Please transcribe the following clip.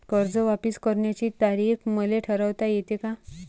कर्ज वापिस करण्याची तारीख मले ठरवता येते का?